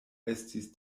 estis